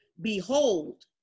Behold